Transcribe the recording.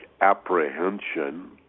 apprehension